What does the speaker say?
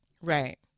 Right